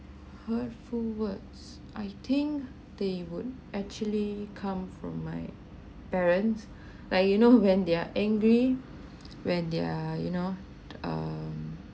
hurtful words I think they would actually come from my parents like you know when they're angry when they're you know um